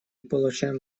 получаем